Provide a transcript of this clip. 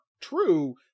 true